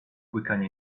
łykanie